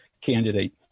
candidate